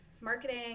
marketing